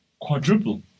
Quadruple